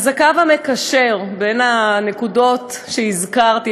אז הקו המקשר בין הנקודות שהזכרתי,